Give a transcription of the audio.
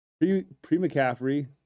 pre-McCaffrey